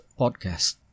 Podcast